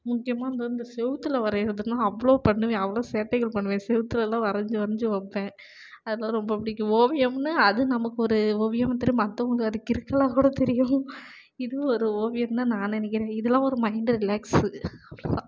முக்கியமாக அந்தந்த செவத்துல வரைகிறதுன்னா அவ்வளோ பண்ணுவேன் அவ்வளோ சேட்டைகள் பண்ணுவேன் செவத்துலலான் வரைஞ்சி வரைஞ்சி வைப்பேன் அதுலாம் ரொம்ப பிடிக்கும் ஓவியம்னால் அது நமக்கு ஒரு ஓவியமாக தெரியும் மற்றவங்க அது கிறுக்கலாக கூட தெரியும் இதுவும் ஒரு ஓவியந்தான் நான் நினக்கிறேன் இதுலாம் ஒரு மைண்ட் ரிலேக்ஸு அவ்வளோதான்